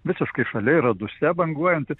visiškai šalia yra dusia banguojant